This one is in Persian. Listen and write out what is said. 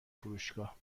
فروشگاه